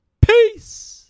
Peace